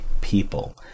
people